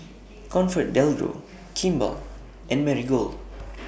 ComfortDelGro Kimball and Marigold